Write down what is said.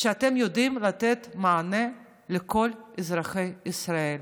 שאתם יודעים לתת מענה לכל אזרחי ישראל,